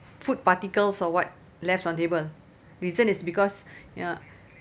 food particles or what left on table reason is because ya